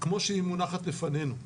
כמו שהיא מונחת לפנינו.